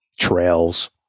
trails